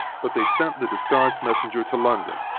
but they sent the disguised messenger to london,